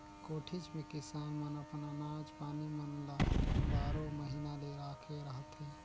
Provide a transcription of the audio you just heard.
कोठीच मे किसान मन अपन अनाज पानी मन ल बारो महिना ले राखे रहथे